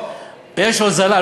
יש הוזלה,